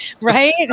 Right